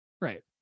right